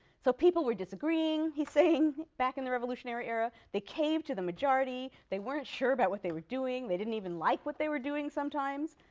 so people were disagreeing, he's saying, back in the revolutionary era. they caved to the majority. they weren't sure about what they were doing. they didn't even like what they were doing sometimes,